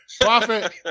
Profit